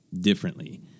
differently